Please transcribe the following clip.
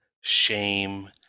shame